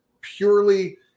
purely